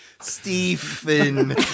Stephen